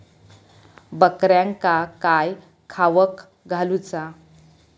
बकऱ्यांका काय खावक घालूचा?